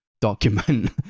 document